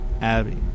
Abby